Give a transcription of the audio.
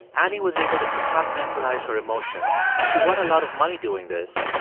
annie was able to compartmentalize her emotions, and she won a lot of money doing this,